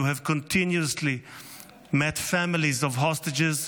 you have continuously met families of hostages,